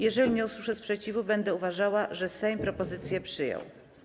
Jeżeli nie usłyszę sprzeciwu, będę uważała, że Sejm propozycję przyjął.